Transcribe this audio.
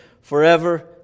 forever